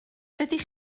ydych